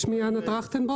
שמי אנה טרכטנברוט,